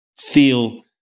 feel